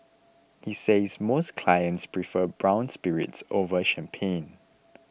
he says most clients prefer brown spirits over champagne